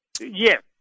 Yes